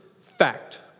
fact